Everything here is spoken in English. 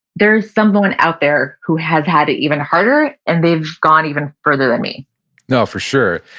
there's someone out there who has had it even harder and they've gone even further than me no, for sure.